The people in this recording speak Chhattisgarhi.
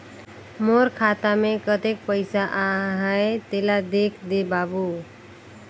मोर खाता मे कतेक पइसा आहाय तेला देख दे बाबु?